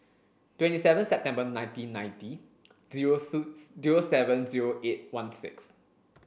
twenty seven September nineteen ninety zero zero seven zero eight one six